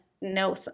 no